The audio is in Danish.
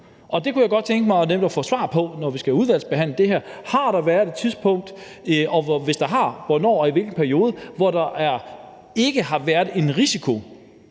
det kunne jeg godt tænke mig at få svar på, når vi skal udvalgsbehandle det her – og hvis der har, hvornår og i hvilken periode, hvor der ikke har været en risiko,